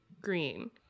green